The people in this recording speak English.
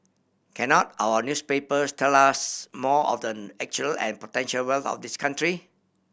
cannot our newspapers tell us more of the actual and potential wealth of this country